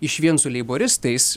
išvien su leiboristais